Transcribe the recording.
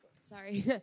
Sorry